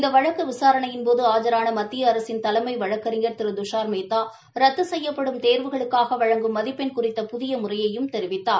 இந்த வழக்கு விசாரணையின்போது ஆஜரான மத்திய அரசின் தலைமை வழக்கறிஞர் திரு துஷார் மேத்தா ரத்து செய்யப்படும் தேர்வுகளுக்காக வழங்கும் மதிப்பெண் குறித்த புதிய முறையையும் தெரிவித்தார்